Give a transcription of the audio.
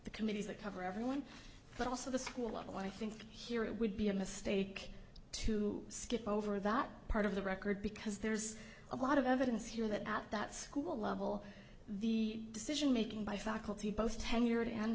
the committees that cover everyone but also the school level i think here it would be a mistake to skip over that part of the record because there's a lot of evidence here that at that school level the decision making by faculty both tenured and